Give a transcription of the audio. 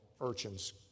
urchins